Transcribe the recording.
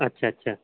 अच्छा अच्छा